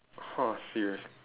!huh! serious